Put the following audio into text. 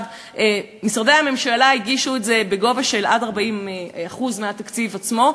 משרדי הממשלה הגישו את זה בגובה של עד 40% מהתקציב עצמו.